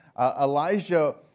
Elijah